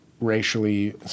racially